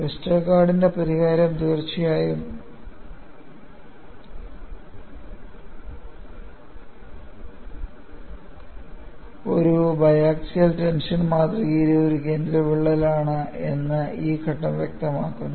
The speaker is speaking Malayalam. വെസ്റ്റർഗാർഡിന്റെ പരിഹാരം തീർച്ചയായും ഒരു ബയാക്ഷിയൽ ടെൻഷൻ മാതൃകയിലെ ഒരു കേന്ദ്ര വിള്ളലാണ് എന്ന് ഈ ഘട്ടം വ്യക്തമാക്കുന്നു